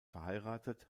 verheiratet